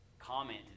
comment